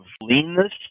leanness